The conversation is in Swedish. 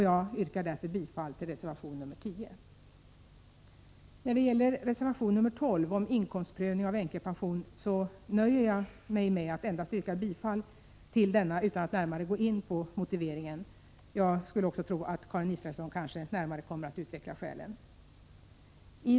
Jag yrkar därför bifall till reservation 10. När det gäller reservation 12 om inkomstprövning av änkepension nöjer jag mig med att endast yrka bifall till denna, utan att närmare gå in på motiveringen. Jag förutsätter nämligen att Karin Israelsson kommer att utveckla skälen närmare.